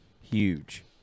huge